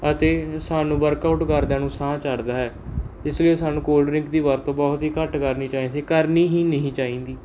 ਅਤੇ ਸਾਨੂੰ ਵਰਕਆਊਟ ਕਰਦਿਆਂ ਨੂੰ ਸਾਹ ਚੜ੍ਹਦਾ ਹੈ ਇਸ ਲਈ ਸਾਨੂੰ ਕੋਲਡ ਡਰਿੰਕ ਦੀ ਵਰਤੋਂ ਬਹੁਤ ਹੀ ਘੱਟ ਕਰਨੀ ਚਾਹੀਦੀ ਕਰਨੀ ਹੀ ਨਹੀਂ ਚਾਹੀਦੀ